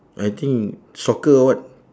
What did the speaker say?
I think soccer or what